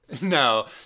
no